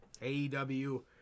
AEW